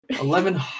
Eleven